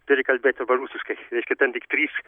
turi kalbėt dabar rusiškai tai ten tik trys